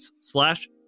slash